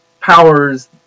powers